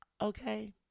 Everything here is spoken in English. okay